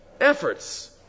efforts